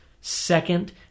second